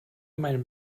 meinen